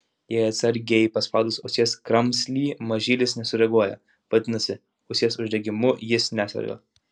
jei atsargiai paspaudus ausies kramslį mažylis nesureaguoja vadinasi ausies uždegimu jis neserga